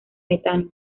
metano